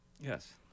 Yes